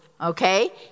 okay